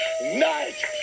night